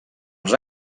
els